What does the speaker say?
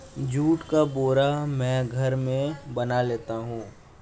जुट का बोरा मैं घर में बना लेता हूं